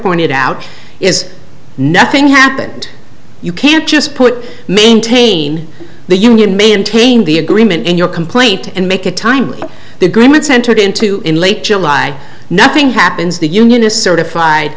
pointed out is nothing happened you can't just put maintain the union maintain the agreement in your complaint and make a time the agreements entered into in late july nothing happens the union is certified